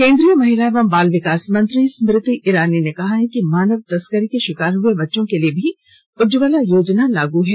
केंद्रीय महिला एवं बाल विकास मंत्री स्मृति ईरानी ने कहा है कि मानव तस्करी के शिकार हुए बच्चों के लिए भी उज्ज्वला योजना लागू है